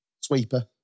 sweeper